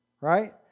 right